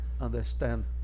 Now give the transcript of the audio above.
understand